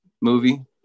movie